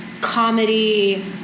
comedy